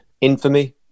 infamy